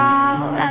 out